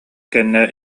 кэннэ